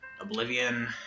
oblivion